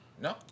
No